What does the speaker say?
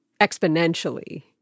exponentially